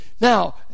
Now